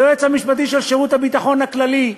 היועץ המשפטי של שירות הביטחון הכללי,